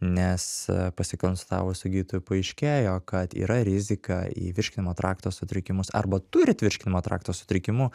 nes pasikonsultavus su gydytoju paaiškėjo kad yra rizika į virškinimo trakto sutrikimus arba turit virškinimo trakto sutrikimų